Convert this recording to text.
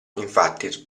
infatti